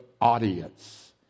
audience